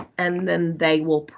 and then they will